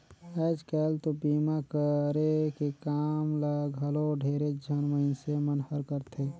आयज कायल तो बीमा करे के काम ल घलो ढेरेच झन मइनसे मन हर करथे